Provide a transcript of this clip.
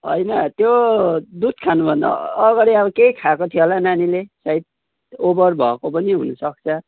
होइन त्यो दुध खानुभन्दा अगाडि अब केही खाएको थियो होला नानीले सायद ओभर भएकोे पनि हुनुसक्छ